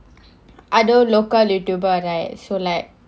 I know local YouTuber right so like